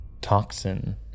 toxin